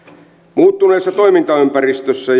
muuttuneessa toimintaympäristössä